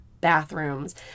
bathrooms